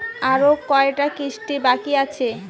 আরো কয়টা কিস্তি বাকি আছে?